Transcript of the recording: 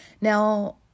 Now